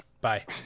bye